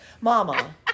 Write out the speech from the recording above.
Mama